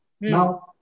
Now